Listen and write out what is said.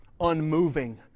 unmoving